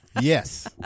yes